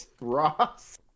Ross